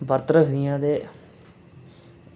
बर्त रक्खदियां ते